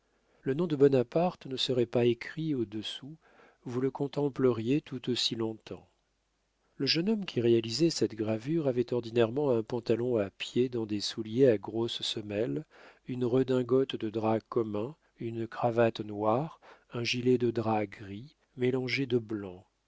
le nom de bonaparte ne serait pas écrit au-dessous vous le contempleriez tout aussi longtemps le jeune homme qui réalisait cette gravure avait ordinairement un pantalon à pied dans des souliers à grosses semelles une redingote de drap commun une cravate noire un gilet de drap gris mélangé de blanc